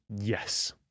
Yes